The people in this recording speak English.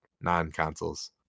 non-consoles